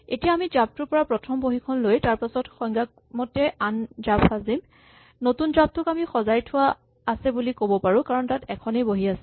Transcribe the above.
এতিয়া আমি জাপটোৰ পৰা প্ৰথম বহীখন লৈ তাৰপাছত সংজ্ঞামতে আন জাপ সাজিম নতুন জাপটোক আমি সজাই থোৱা আছে বুলি ক'ব পাৰো কাৰণ তাত এখনেই বহী আছে